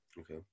okay